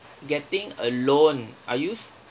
getting a loan I used